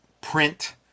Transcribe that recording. print